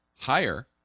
higher